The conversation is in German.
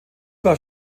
war